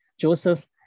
Joseph